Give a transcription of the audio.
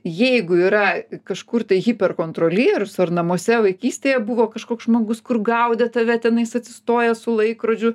jeigu yra kažkur tai hiperkontrolierius ar namuose vaikystėje buvo kažkoks žmogus kur gaudė tave tenais atsistojęs su laikrodžiu